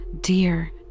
dear